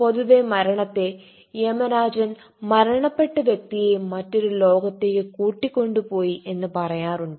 പൊതുവെ മരണത്തെ യമരാജൻ മരണപ്പെട്ട വ്യക്തിയെ മറ്റൊരു ലോകത്തേക്ക് കൂട്ടി കൊണ്ട് പോയി എന്ന് പറയാറുണ്ട്